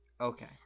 Okay